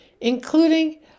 including